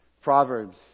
Proverbs